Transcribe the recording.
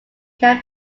can